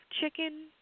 chicken